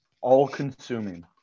all-consuming